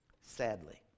Sadly